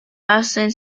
hacen